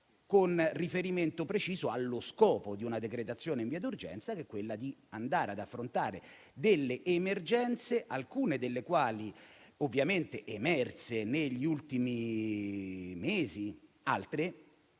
con riferimento preciso allo scopo di una decretazione in via d'urgenza che è quello di andare ad affrontare delle emergenze. Alcune di esse sono emerse negli ultimi mesi ed altre